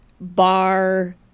bar